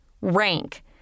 rank